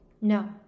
No